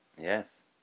Yes